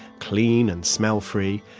clean and smell-free,